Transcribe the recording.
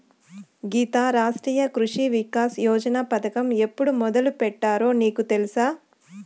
గీతా, రాష్ట్రీయ కృషి వికాస్ యోజన పథకం ఎప్పుడు మొదలుపెట్టారో నీకు తెలుసా